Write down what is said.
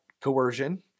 coercion